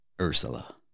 Ursula